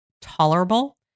tolerable